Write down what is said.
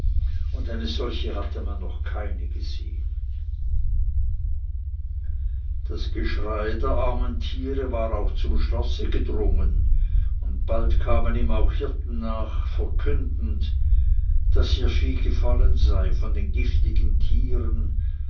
und solche hatte man noch keine gesehen das geschrei der armen tiere war auch zum schlosse gedrungen und bald kamen ihm auch hirten nach verkündend daß ihr vieh gefallen von den giftigen tieren